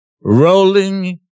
rolling